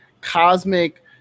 cosmic